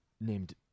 named